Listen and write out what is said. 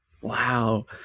wow